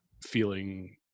feeling